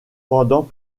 pendant